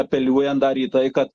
apeliuojant dar į tai kad